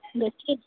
ᱜᱚᱪᱪᱷᱤᱛ